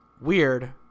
Weird